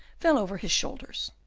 fell over his shoulders.